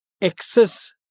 excess